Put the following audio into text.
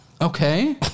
Okay